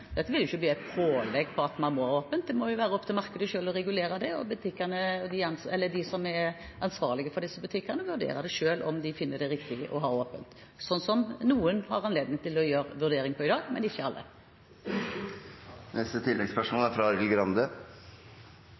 ikke bli pålegg om at man må ha åpent, det må være opp til markedet selv å regulere det. De som er ansvarlig for disse butikkene, vurderer selv om de finner det riktig å ha åpent, noe noen har anledning til i dag, men ikke alle. Arild Grande – til oppfølgingsspørsmål. Det er åpenbart, også ut fra